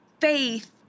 faith